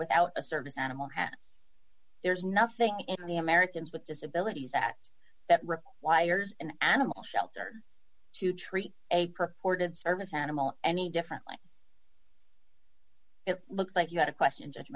without a service animal have there's nothing in the americans with disabilities that that requires an animal shelter to treat a purported service animal any differently it looked like you had a question j